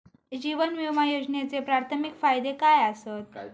जीवन विमा योजनेचे प्राथमिक फायदे काय आसत?